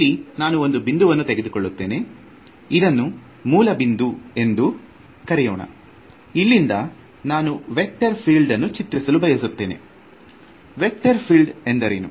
ಇಲ್ಲಿ ನಾನು ಒಂದು ಬಿಂದುವನ್ನು ತೆಗೆದುಕೊಳ್ಳುತ್ತೇನೆ ಇದನ್ನು ಮೂಲ ಬಿಂದು ಎಂದು ಕರೆಯೋಣ ಇಲ್ಲಿಂದ ನಾನು ವೆಕ್ಟರ್ ಫೀಲ್ಡ್ ಅನ್ನು ಚಿತ್ರಿಸಲು ಬಯಸುತ್ತೇನೆ ವೆಕ್ಟರ್ ಫೀಲ್ಡ್ ಎಂದರೇನು